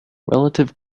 relative